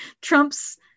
trump's